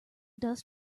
dust